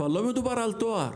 לא מדובר על תואר.